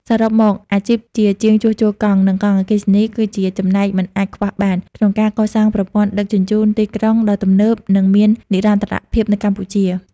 សរុបមក អាជីពជាជាងជួសជុលកង់ និងកង់អគ្គិសនី គឺជាចំណែកមិនអាចខ្វះបានក្នុងការកសាងប្រព័ន្ធដឹកជញ្ជូនទីក្រុងដ៏ទំនើប និងមាននិរន្តរភាពនៅកម្ពុជា។